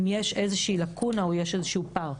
אם יש איזושהי לקונה או יש איזשהו פער.